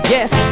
Yes